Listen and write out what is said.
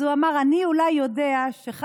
אז הוא אמר: אני אולי יודע שלאחר מותי